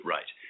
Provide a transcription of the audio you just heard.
Right